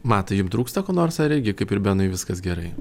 matai jum trūksta ko nors ar irgi kaip ir benui viskas gerai